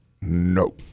No